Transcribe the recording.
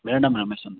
मेरा नाम अमेज़न